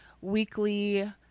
weekly